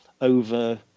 over